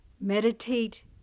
meditate